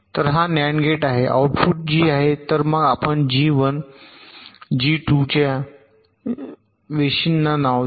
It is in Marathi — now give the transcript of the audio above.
तर हा नअँड गेट आहे आउटपुट जी आहे तर मग आपण जी १ जी २ जी च्या वेशींना नाव देऊ